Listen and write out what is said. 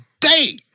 day